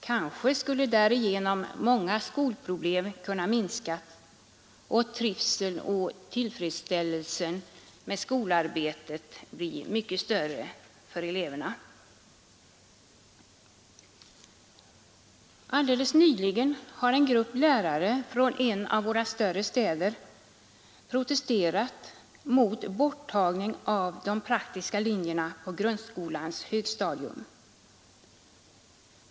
Kanske skulle därigenom många skolproblem kunna minska och trivseln och tillfredsställelsen med skolarbetet bli mycket större för eleverna. Helt nyligen har en grupp lärare från en av våra större städer protesterat mot borttagandet av de praktiska linjerna på grundskolans högstadium.